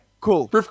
Cool